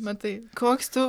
matai koks tu